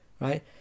right